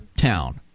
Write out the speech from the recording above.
town